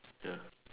ya